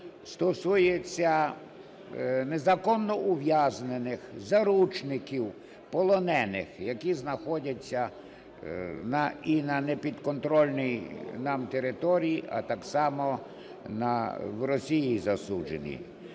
стосується незаконно ув'язнених заручників, полонених, які знаходяться і на непідконтрольній нам території, а так само в Росії засуджені.